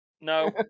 No